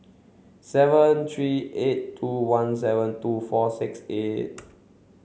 seven three eight two one seven two four six eight